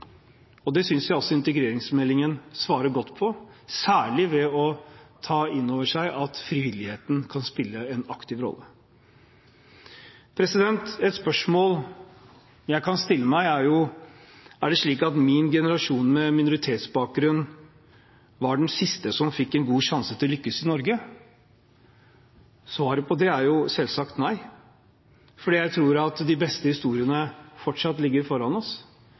igjen. Det synes jeg også integreringsmeldingen svarer godt på, særlig ved at man tar inn over seg at frivilligheten kan spille en aktiv rolle. Et spørsmål jeg kan stille meg, er: Er det slik at min generasjon med minoritetsbakgrunn var den siste som fikk en god sjanse til å lykkes i Norge? Svaret på det er selvsagt nei, for jeg tror at de beste historiene fortsatt ligger foran oss.